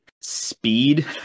Speed